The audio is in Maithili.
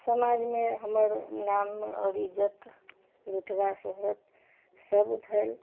समाजमे हमर नाम आओर इज्जत रूतबा शोहरत सब भेल